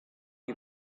you